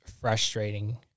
frustrating